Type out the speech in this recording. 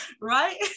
right